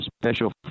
special